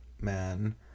man